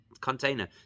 container